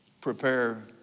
prepare